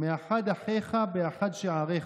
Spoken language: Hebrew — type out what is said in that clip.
מאחד אחיך באחד שעריך,